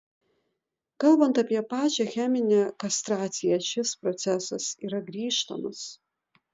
kalbant apie pačią cheminę kastraciją šis procesas yra grįžtamas